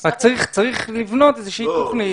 רק צריך לבנות איזה שהיא תוכנית.